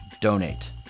donate